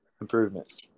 improvements